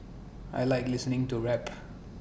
I Like listening to rap